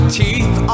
teeth